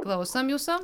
klausom jūsų